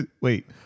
wait